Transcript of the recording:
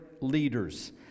leaders